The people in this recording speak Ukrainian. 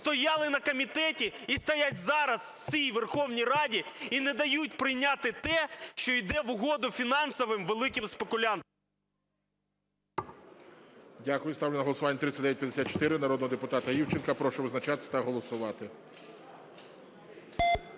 стояли на комітеті і стоять зараз в цій Верховній Раді і не дають прийняти те, що іде в угоду фінансовим великим спекулянтам. ГОЛОВУЮЧИЙ. Дякую. Ставлю на голосування 3954 народного депутата Івченка. Прошу визначатись та голосувати.